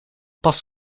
pas